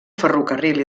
ferrocarril